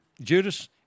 Judas